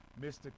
Mr